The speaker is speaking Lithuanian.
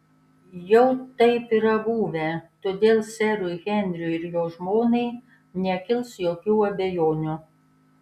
jau taip yra buvę todėl serui henriui ir jo žmonai nekils jokių abejonių